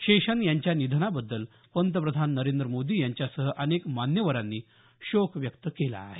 शेषन यांच्या निधनाबद्दल पंतप्रधान नरेंद्र मोदी यांच्यासह अनेक मान्यवरांनी शोक व्यक्त केला आहे